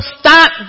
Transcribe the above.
stop